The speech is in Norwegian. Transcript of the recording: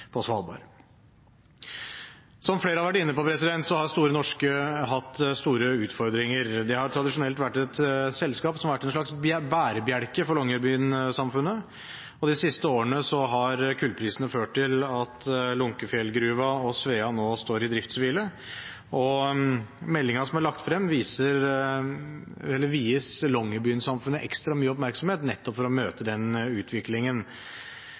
på Svalbard. Som flere har vært inne på, har Store Norske hatt store utfordringer. Det har tradisjonelt vært et selskap som har vært en slags bærebjelke for Longyearby-samfunnet, og de siste årene har kullprisen ført til at Lunckefjellgruva og Svea nå står i driftshvile. Meldingen som er lagt frem, vier Longyearby-samfunnet ekstra mye oppmerksomhet, nettopp for å møte den utviklingen.